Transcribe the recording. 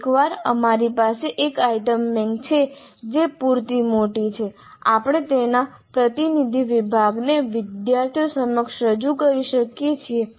એકવાર અમારી પાસે એક આઇટમ બેંક છે જે પૂરતી મોટી છે આપણે તેના પ્રતિનિધિ વિભાગને વિદ્યાર્થીઓ સમક્ષ રજૂ કરી શકીએ છીએ